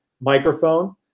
microphone